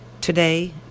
Today